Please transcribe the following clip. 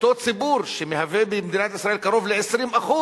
אותו ציבור שמהווה במדינת ישראל קרוב ל-20%,